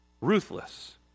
ruthless